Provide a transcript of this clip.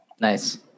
Nice